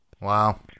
Wow